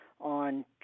on